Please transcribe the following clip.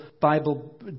Bible